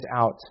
out